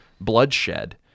bloodshed